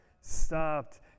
stopped